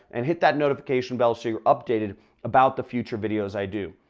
and hit that notification bell so your updated about the future videos i do.